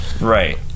Right